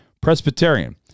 Presbyterian